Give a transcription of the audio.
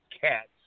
cats